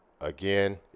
again